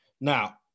Now